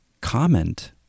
comment